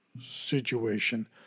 situation